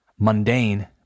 Mundane